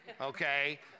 okay